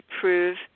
prove